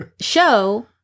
show